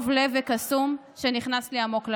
טוב לב וקסום שנכנס לי עמוק ללב.